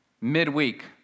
midweek